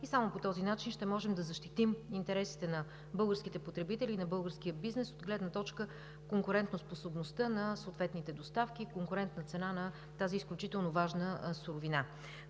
и само по този начин ще можем да защитим интересите на българските потребители и на българския бизнес от гледна точка конкурентоспособността на съответните доставки и конкурентна цена на тази изключително важна суровина.